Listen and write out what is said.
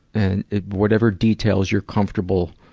and, whatever details you're comfortable